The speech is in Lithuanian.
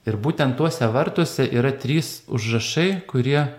ir būtent tuose vartuose yra trys užrašai kurie